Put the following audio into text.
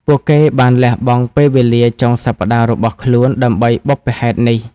ពួកគេបានលះបង់ពេលវេលាចុងសប្ដាហ៍របស់ខ្លួនដើម្បីបុព្វហេតុនេះ។